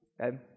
Okay